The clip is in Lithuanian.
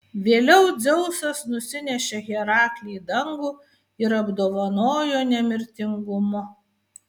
vėliau dzeusas nusinešė heraklį į dangų ir apdovanojo nemirtingumu